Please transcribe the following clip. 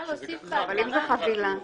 ואם זה נמכר כחבילה?